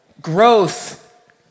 Growth